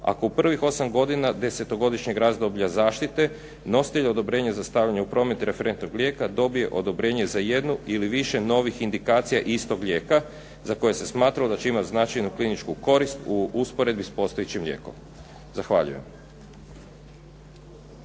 ako u prvih 8 godina desetogodišnjeg razdoblja zaštite ne ostavi odobrenje za stavljanje u promet referentnog lijeka dobije odobrenje za jednu ili više novih indikacija istog lijeka za koje se smatralo da će imati značajnu kliničku korist u usporedbi s postojećim lijekom. Zahvaljujem.